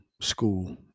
school